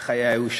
גם חייה היו שונים.